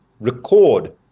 record